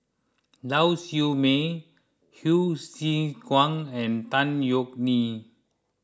Lau Siew Mei Hsu Tse Kwang and Tan Yeok Nee